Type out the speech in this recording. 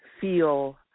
feel